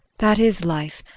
that is life.